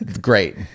great